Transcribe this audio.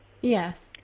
Yes